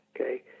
okay